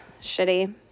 shitty